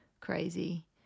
crazy